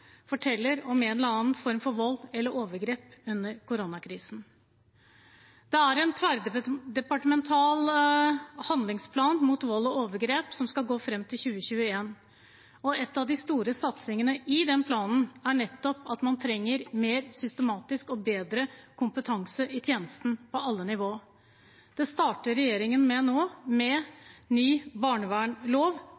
forteller om en eller annen form for vold eller overgrep under koronakrisen. Det er en tverrdepartemental handlingsplan mot vold og overgrep som skal gå fram til 2021, og en av de store satsingene i den planen er nettopp at man trenger mer systematisk og bedre kompetanse i tjenesten på alle nivåer. Det starter regjeringen med nå, med